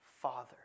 Father